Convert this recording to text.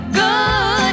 good